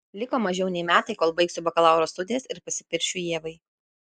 liko mažiau nei metai kol baigsiu bakalauro studijas ir pasipiršiu ievai